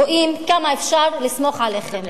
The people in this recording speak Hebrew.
רואים כמה אפשר לסמוך עליכם.